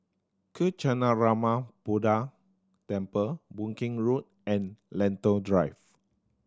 Kancanarama Buddha Temple Boon Keng Road and Lentor Drive